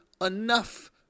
enough